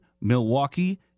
Milwaukee